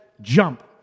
jump